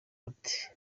ati